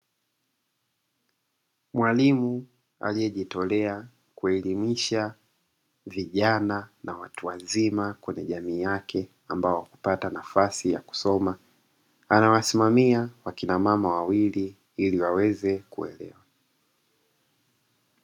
Mwalimu aliyejitolea kuelimisha vijana na watu wazima kwenye jamii yake ambao hawakupata nafasi ya kusoma, anawasimamia wakina mama wawili ili waweze kuelewa.